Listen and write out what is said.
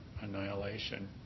annihilation